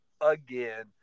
again